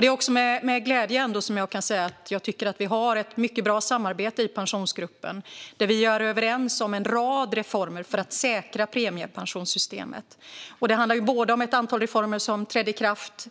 Det är ändå med glädje jag kan säga att jag tycker att vi har ett mycket bra samarbete i Pensionsgruppen. Vi är överens om en rad reformer för att säkra premiepensionssystemet. Det handlar både om ett antal reformer som trädde i kraft